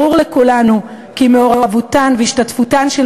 ברור לכולנו כי מעורבותן והשתתפותן של